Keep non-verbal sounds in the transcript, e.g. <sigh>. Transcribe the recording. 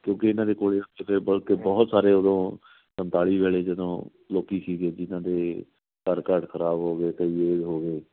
ਕਿਉਂਕਿ ਇਹਨਾਂ ਦੇ ਕੋਲ <unintelligible> ਬਲਕਿ ਬਹੁਤ ਸਾਰੇ ਉਦੋਂ ਸੰਤਾਲੀ ਵੇਲੇ ਜਦੋਂ ਲੋਕ ਸੀਗੇ ਜਿਨ੍ਹਾਂ ਦੇ ਘਰ ਘਰ ਖਰਾਬ ਹੋ ਗਏ ਅਤੇ <unintelligible> ਹੋ ਗਏ